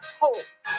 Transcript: holes